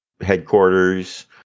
headquarters